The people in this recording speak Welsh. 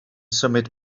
symud